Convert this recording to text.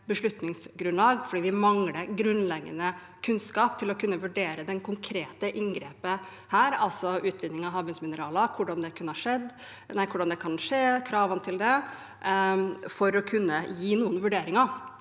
beslutningsgrunnlag fordi vi mangler grunnleggende kunnskap til å kunne vurdere det konkrete inngrepet, altså utvinning av havbunnsmineraler – hvordan det kan skje, og kravene til det. Det er veldig